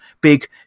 big